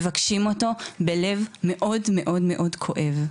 מבקשים אותו בלב מאוד מאוד כואב,